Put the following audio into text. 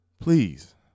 Please